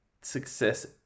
success